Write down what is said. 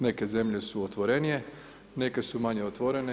Neke zemlje su otvorenije, neke su manje otvorene.